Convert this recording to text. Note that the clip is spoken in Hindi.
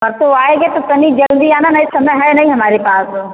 परसों आएँगे तो तनिक जल्दी आना नहीं तो समय है नहीं हमारे पास